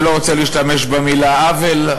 אני לא רוצה להשתמש במילה "עוול",